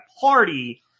Party